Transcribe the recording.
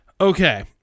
Okay